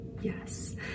Yes